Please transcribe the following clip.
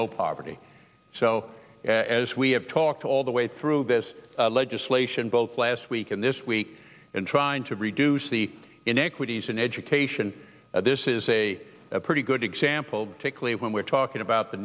low poverty so as we have talked all the way through this legislation both last week and this week in trying to reduce the inequities in education this is a pretty good example to clean when we're talking about the